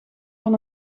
van